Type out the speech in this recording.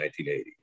1980